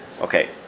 Okay